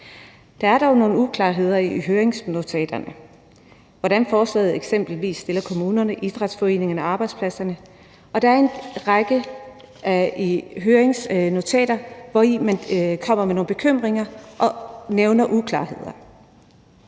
Der er dog nogle uklarheder i høringsnotaterne, i forhold til hvordan forslaget eksempelvis stiller kommunerne, idrætsforeningerne og arbejdspladserne, og der er en række høringsnotater, hvori man kommer med nogle bekymringer og nævner uklarheder.